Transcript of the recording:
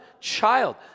child